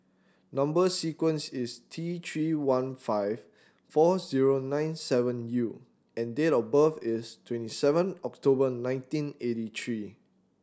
number sequence is T Three one five four zero nine seven U and date of birth is twenty seven October nineteen eighty three